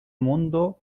mundo